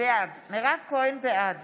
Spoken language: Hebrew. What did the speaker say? בעד